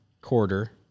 quarter